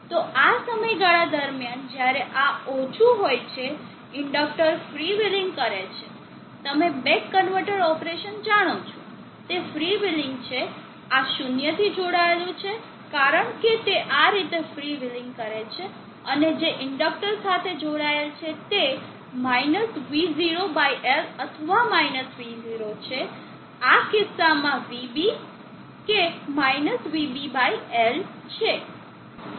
તો આ સમયગાળા દરમિયાન જ્યારે આ ઓછું હોય છે ઇન્ડકટર ફ્રી વ્હિલિંગ કરે છે તમે બેક કન્વર્ટર ઓપરેશન જાણો છો તે ફ્રી વ્હિલિંગ છે આ શૂન્યથી જોડાયેલું છે કારણ કે તે આ રીતે ફ્રી વ્હીલિંગ છે અને જે ઇન્ડક્ટર સાથે જોડાયેલ છે તે v0L અથવા -v0 છે આ કિસ્સામાં vB કે vBL છે